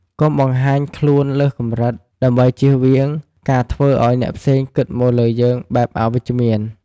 កុំបង្ហាញខ្លួនលើសកម្រិត ដើម្បីជៀសវាងការធ្វើឲ្យអ្នកផ្សេងគិតមកលើយើងបែបអវិជ្ជមាន។